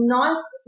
nice